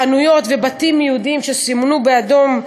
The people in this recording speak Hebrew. חנויות ובתים של יהודים שסומנו באדום,